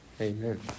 Amen